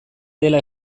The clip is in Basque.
dela